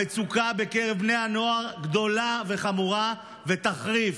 המצוקה בקרב בני הנוער גדולה וחמורה, ותחריף.